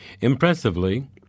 Impressively